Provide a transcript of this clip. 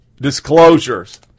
disclosures